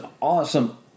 awesome